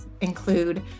include